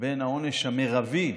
בין העונש המרבי,